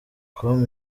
com